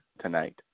tonight